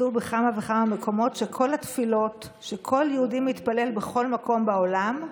כתוב בכמה וכמה מקומות שכל התפילות שכל יהודי מתפלל בכל מקום בעולם,